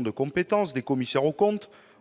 les compétences des commissaires aux comptes,